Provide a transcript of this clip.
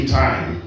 time